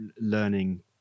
learning